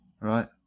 right